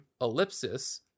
ellipsis